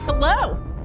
Hello